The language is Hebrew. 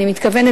אני מתכוונת,